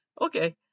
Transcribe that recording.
Okay